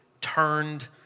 turned